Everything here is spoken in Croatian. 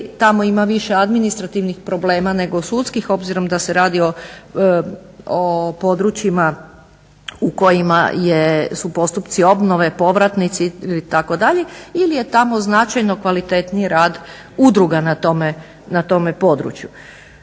tamo ima više administrativnih problema nego sudskih obzirom da se radi o područjima u kojima je, su postupci obnove, povratnici itd.. Ili je tamo značajno kvalitetniji rad udruga na tome području.